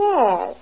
Yes